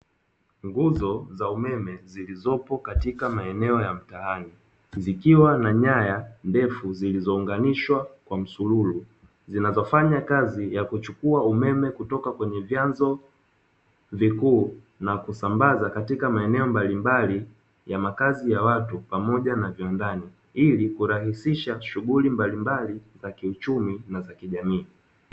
Nguzo za umeme zilizopo katika maeneo ya mtaani, zikiwa na nyaya ndefu zilizounganishwa kwa msururu, zinazofanya kazi ya kuchukua umeme kutoka kwenye vyanzo vikuu na kusambaza katika maeneo mbalimbali ya makazi ya watu pamoja na viwandani, ili kurahisisha shughuli mbalimbali za kiuchumi na za kijamii.